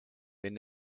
wenn